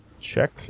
Check